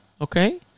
Okay